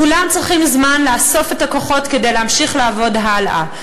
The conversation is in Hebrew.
כולם צריכים זמן לאסוף את הכוחות כדי להמשיך לעבוד הלאה.